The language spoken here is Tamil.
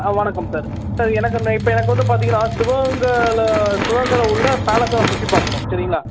வணக்கம் சார் சார் எனக்கு அந்த இப்போ எனக்கு வந்து பார்த்தீங்கனா சிவகங்கைல சிவகங்கைல உள்ள பேலஸை நான் சுற்றி பார்க்கணும் சரிங்களா